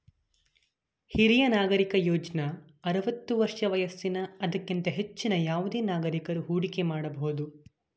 ಹಿರಿಯ ನಾಗರಿಕ ಯೋಜ್ನ ಆರವತ್ತು ವರ್ಷ ವಯಸ್ಸಿನ ಅದಕ್ಕಿಂತ ಹೆಚ್ಚಿನ ಯಾವುದೆ ನಾಗರಿಕಕರು ಹೂಡಿಕೆ ಮಾಡಬಹುದು